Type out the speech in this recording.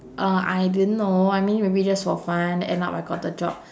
uh I didn't know I mean maybe just for fun end up I got the job